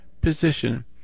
position